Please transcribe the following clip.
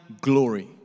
glory